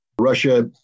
Russia